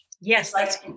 Yes